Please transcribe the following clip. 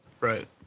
Right